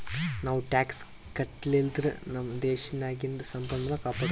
ನಾವೂ ಟ್ಯಾಕ್ಸ್ ಕಟ್ಟದುರ್ಲಿಂದ್ ನಮ್ ದೇಶ್ ನಾಗಿಂದು ಸಂಪನ್ಮೂಲ ಕಾಪಡ್ಕೊಬೋದ್